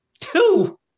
Two